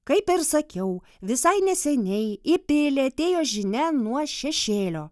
kaip ir sakiau visai neseniai į pilį atėjo žinia nuo šešėlio